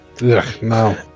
no